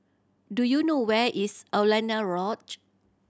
do you know where is Alaunia Lodge